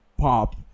pop